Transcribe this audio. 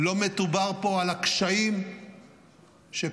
לא מדובר פה על הקשיים שקורים,